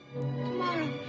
tomorrow